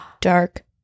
Dark